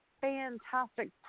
fantastic